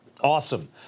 Awesome